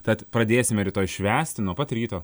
tad pradėsime rytoj švęsti nuo pat ryto